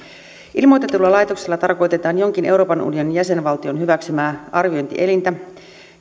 ilmoitetulla laitoksella tarkoitetaan jonkin euroopan unionin jäsenvaltion hyväksymää arviointielintä